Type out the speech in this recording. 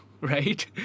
right